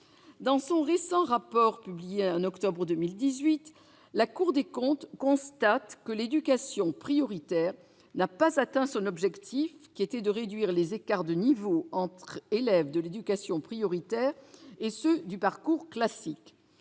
Dans son récent rapport publié en octobre 2018, la Cour des comptes constate que l'éducation prioritaire n'a pas atteint son objectif, qui était de réduire les écarts de niveau entre élèves de l'éducation prioritaire et ceux du parcours classique.